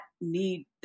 need